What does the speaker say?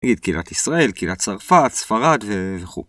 נגיד, קהילת ישראל, קהילת צרפת, ספרד וכו'.